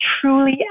truly